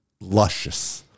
luscious